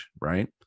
right